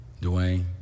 Dwayne